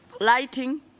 lighting